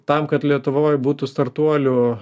tam kad lietuvoj būtų startuolių